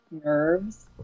nerves